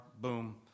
Boom